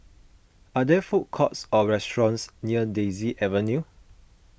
are there food courts or restaurants near Daisy Avenue